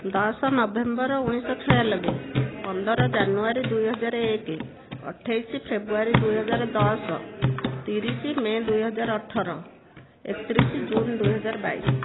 ଦଶ ନଭେମ୍ବର ଓଣେଇଶ ଛୟାନବେ ପନ୍ଦର ଜାନୁଆରୀ ଦୁଇହଜାର ଏକ ଅଠେଇଶ ଫେବୃଆରୀ ଦୁଇହଜାର ଦଶ ତିରିଶ ମେ' ଦୁଇହଜାର ଅଠର ଏକତିରିଶ ଜୁନ ଦୁଇହଜାର ବାଇଶ